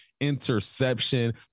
interception